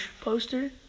poster